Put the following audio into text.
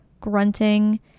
grunting